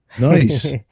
Nice